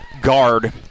guard